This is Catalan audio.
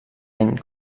any